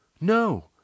No